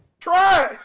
Try